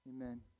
Amen